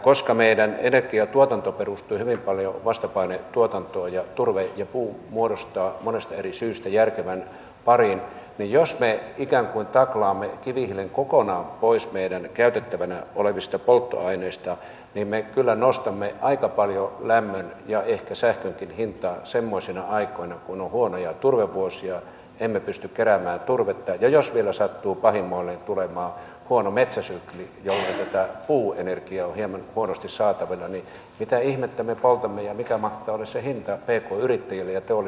koska meidän energiantuotanto perustuu hyvin paljon vastapainetuotantoon ja turve ja puu muodostavat monesta eri syystä järkevän parin niin jos me ikään kuin taklaamme kivihiilen kokonaan pois meidän käytettävänä olevista polttoaineista me kyllä nostamme aika paljon lämmön ja ehkä sähkönkin hintaa semmoisina aikoina kun on huonoja turvevuosia ja emme pysty keräämään turvetta ja jos vielä sattuu pahimmoilleen tulemaan huono metsäsykli jolloin tätä puuenergiaa on hieman huonosti saatavilla niin mitä ihmettä me poltamme ja mikä mahtaa olla se hinta pk yrittäjille ja teollisuudelle